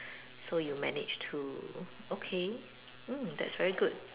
so you managed to okay mm that's very good